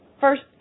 first